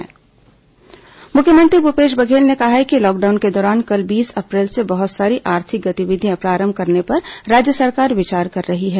corona मुख्यमंत्री संदेश मुख्यमंत्री भूपेश बघेल ने कहा है कि लॉकडाउन के दौरान कल बीस अप्रैल से बहत सारी आर्थिक गतिविधियां प्रारंभ करने पर राज्य सरकार विचार कर रही है